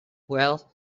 well